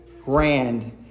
grand